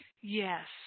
Yes